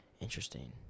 Interesting